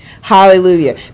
Hallelujah